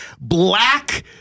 black